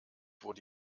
wurde